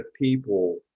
people